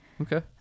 Okay